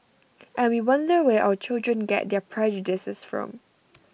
and we wonder where our children get their prejudices from